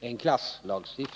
en klasslagstiftning.